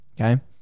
Okay